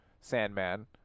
Sandman